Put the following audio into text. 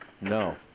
No